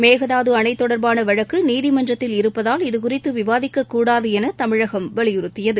மேகதாதுஅணைதொடர்பானவழக்குநீதிமன்றத்தில் இருப்பதால் இதுகுறித்துவிவாதிக்கக்கூடாதுஎனதமிழகம் வலியுறுத்தியது